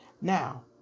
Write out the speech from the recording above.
Now